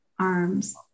arms